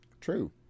True